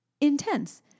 intense